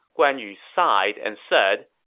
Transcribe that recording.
guan yu sighed and said,